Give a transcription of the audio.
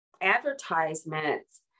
advertisements